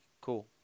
Cool